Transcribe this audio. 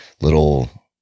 little